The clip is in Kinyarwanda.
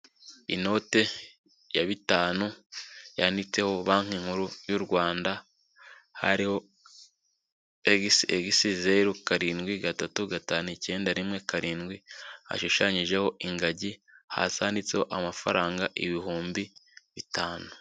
Inote ya bitanu yanditseho Banki nkuru y'u Rwanda, hariho xx zeru karindwi gatatu gatanu icyenda rimwe karindwi, hashushanyijeho ingagi, hasi handitseho amafaranga ibihumbi bitanu.